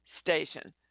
station